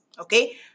okay